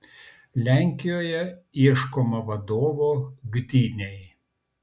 lenkijoje ieškoma vadovo gdynei